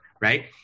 right